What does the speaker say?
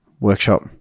workshop